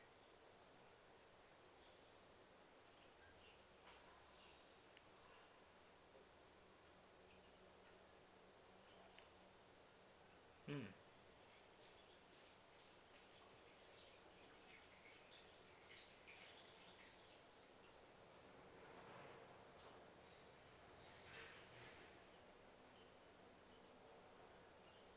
mm